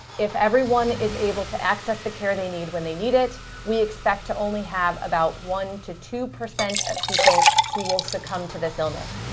if everyone is able to access the care they need when they need it, we expect to only have about one percent to two percent of people who will succumb to this illness.